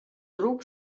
grup